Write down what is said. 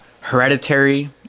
hereditary